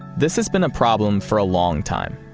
this has been a problem for a long time.